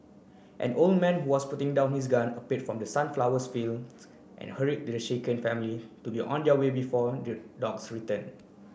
an old man who was putting down his gun appeared from the sunflower fields and hurried the shaken family to be on their way before their dogs return